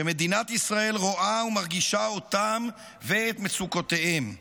שמדינת ישראל רואה ומרגישה אותם ואת מצוקותיהם,